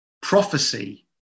prophecy